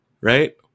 Right